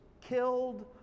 killed